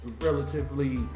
relatively